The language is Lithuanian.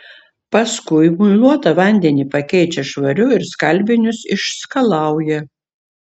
paskui muiluotą vandenį pakeičia švariu ir skalbinius išskalauja